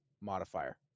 modifier